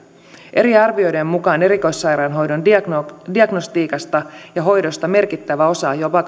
eri arvioiden mukaan erikoissairaanhoidon diagnostiikasta diagnostiikasta ja hoidosta merkittävä osa jopa